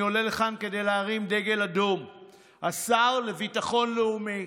אני עולה לכאן כדי להרים דגל אדום לגבי השר לביטחון לאומי,